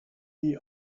the